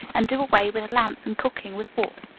and do away with lamps and cooking with wood.